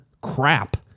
crap